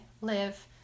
live